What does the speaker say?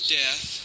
death